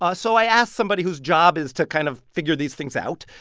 ah so i asked somebody who's job is to kind of figure these things out.